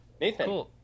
Nathan